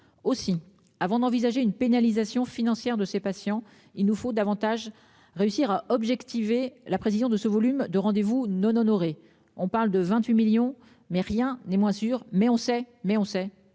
aussi avant d'envisager une pénalisation financière de ses patients. Il nous faut davantage réussir à objectiver la prévision de ce volume de rendez-vous non honorés. On parle de 28 millions. Mais rien n'est moins sûr, mais on sait mais on sait